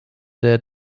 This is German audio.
der